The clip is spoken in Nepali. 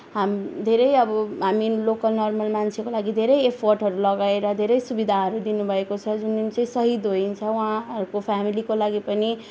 हाम धेरै अब हामी लोकल नर्मल मान्छेको लागि धेरै एफोर्टहरू लगाएर धेरै सुविधाहरू दिनुभएको छ जुन जुन चाहिँ सहिद होइन्छ वहाँहरूको फेमिलीको लागि पनि